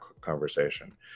conversation